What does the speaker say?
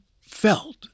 felt